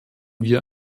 wir